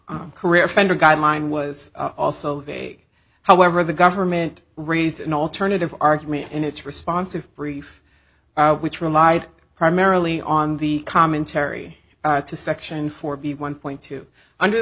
career offender guideline was also vague however the government raised an alternative argument in its responsive brief which relied primarily on the commentary to section four b one point two under the